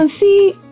see